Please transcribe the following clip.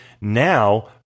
now